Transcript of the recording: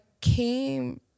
came